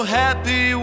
happy